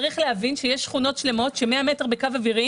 צריך להבין שיש שכונות שלמות שבהן 100 מטר בקו אווירי